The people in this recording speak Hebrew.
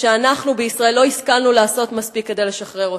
ואנחנו בישראל לא השכלנו לעשות מספיק כדי לשחרר אותו.